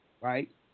Right